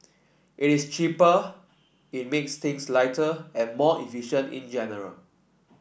it is cheaper it makes things lighter and more efficient in general